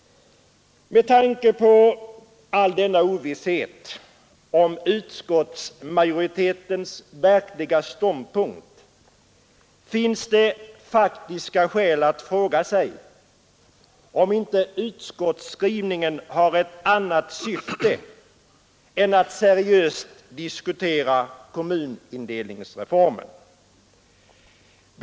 Med tanke på all denna ovisshet om utskottsmajoritetens verkliga ståndpunkt finns det faktiska skäl att fråga sig om inte utskottsskrivningen har ett annat syfte än att seriöst diskutera kommunindelningsreformen.